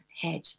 head